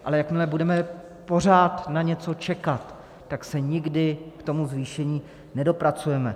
Ale jakmile budeme pořád na něco čekat, tak se nikdy k tomu zvýšení nedopracujeme.